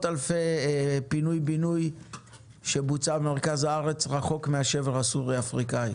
אלפי תוכניות מקבילות במרכז הארץ הרחק ממוקדי הסיכון לרעידות אדמה.